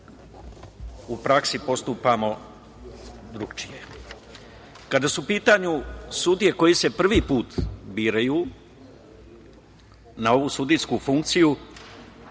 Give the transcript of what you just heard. u praksi postupamo drugačije. Kada su u pitanju sudije koje se prvi put biraju na ovu sudijsku funkciju,